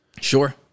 Sure